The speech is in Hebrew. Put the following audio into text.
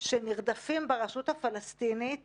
שנרדפים ברשות הפלסטינית